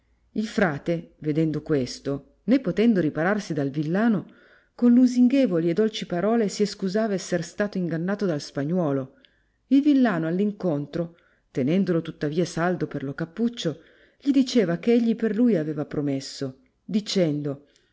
il frate vedendo questo né potendo ripararsi dal villano con lusinghevoli e dolci parole si escusava esser stato ingannato dal spagnuolo il villano all'incontro tenendolo tuttavia saldo per lo cappuccio gli diceva che egli per lui aveva promesso dicendo